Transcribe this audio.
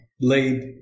laid